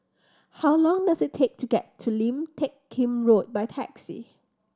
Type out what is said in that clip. how long does it take to get to Lim Teck Kim Road by taxi